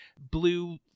blue